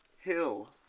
Hill